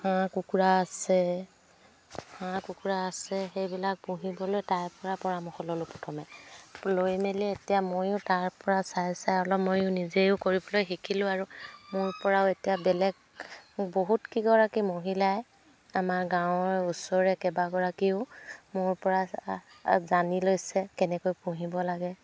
হাঁহ কুকুৰা আছে হাঁহ কুকুৰা আছে সেইবিলাক পুহিবলৈ তাৰপৰাই পৰামৰ্শ ল'লোঁ প্ৰথমে লৈ মেলি এতিয়া ময়ো তাৰপৰা চাই চাই অলপ ময়ো নিজেও কৰিবলৈ শিকিলোঁ আৰু মোৰপৰাও এতিয়া বেলেগ বহুত কেইগৰাকী মহিলাই আমাৰ গাঁৱৰ ওচৰৰে কেইবাগৰাকীও মোৰপৰা জানি লৈছে কেনেকৈ পুহিব লাগে